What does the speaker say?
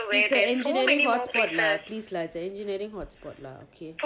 it's a engineering hot spot lah please lah it's a engineering hot spot okay f